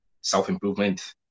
self-improvement